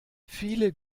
viele